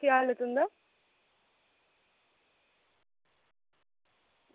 केह् हाल तुंदा